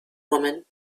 woman